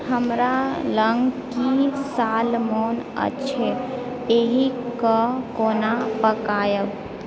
हमरा लग किछु सालमोन अछि एहिक कोना पकायब